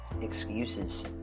excuses